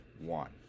one